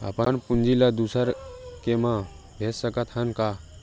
अपन पूंजी ला दुसर के मा भेज सकत हन का?